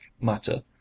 matter